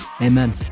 amen